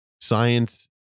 science